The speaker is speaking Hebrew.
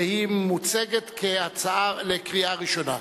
והיא מוצגת כהצעה לקריאה ראשונה.